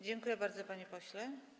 Dziękuję bardzo, panie pośle.